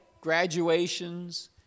graduations